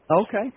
Okay